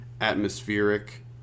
atmospheric